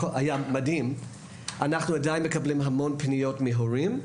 אנחנו עדיין מקבלים המון פניות מהורים,